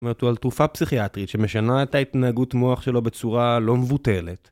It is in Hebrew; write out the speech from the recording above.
זאת אומרת הוא על תרופה פסיכיאטרית שמשנה את ההתנהגות מוח שלו בצורה לא מבוטלת.